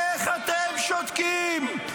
איך אתם שותקים?